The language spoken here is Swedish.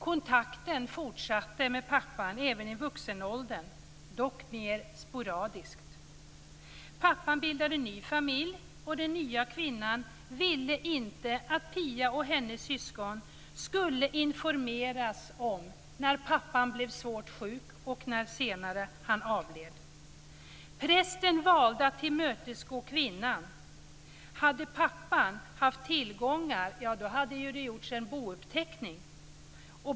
Kontakten med pappan fortsatte Pia även i vuxen ålder, dock mera sporadiskt. Pappan bildade ny familj. Den nya kvinnan ville inte att Pia och hennes syskon skulle informeras när pappan blev svårt sjuk och när han senare avled. Prästen valde att tillmötesgå kvinnan. Om pappan hade haft tillgångar skulle det ha gjorts en bouppteckning.